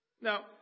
Now